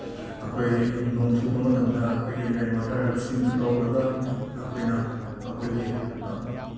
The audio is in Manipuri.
ꯑꯩꯈꯣꯏ ꯅꯣꯡ ꯆꯨꯕ ꯃꯇꯝꯗ ꯑꯩꯈꯣꯏꯒꯤ ꯔꯦꯟ ꯋꯥꯇꯔ ꯍꯥꯔꯚꯦꯁꯇꯤꯡꯗꯣ ꯇꯧꯔꯒ ꯑꯩꯈꯣꯏꯅ ꯑꯩꯈꯣꯏꯒꯤ